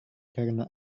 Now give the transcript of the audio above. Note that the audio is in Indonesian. karena